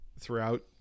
throughout